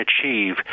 achieve